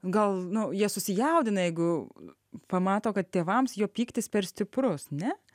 gal nu jie susijaudina jeigu pamato kad tėvams jo pyktis per stiprus ne